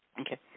Okay